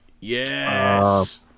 yes